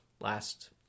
last